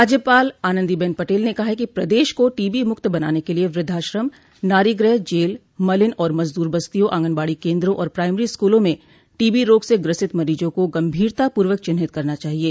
राज्यपाल आनन्दीबेन पटेल ने कहा है कि प्रदेश को टीबी मुक्त बनाने के लिये वृद्धाश्रम नारी गृह जेल मलिन और मजदूर बस्तियों आंगनबाड़ी केन्दों और प्राइमरी स्कूलों में टीबी रोग से ग्रसित मरीजों को गंभीरतापूर्वक चिन्हित करना चाहिये